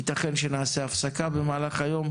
וייתכן שנעשה הפסקה במהלך היום,